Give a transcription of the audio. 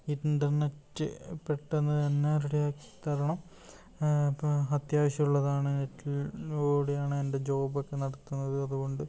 internet പെട്ടെന്ന് തന്നെ ready ആക്കി തരണം ഇപ്പം അത്യാവശ്യമുള്ളതാണ് നെറ്റിലൂടെയാണ് എൻ്റെ ജോബൊക്കെ നടത്തുന്നത് അതുകൊണ്ട്